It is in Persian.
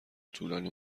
طولانی